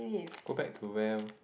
go back to where